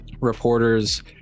reporters